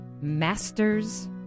Masters